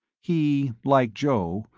he, like joe,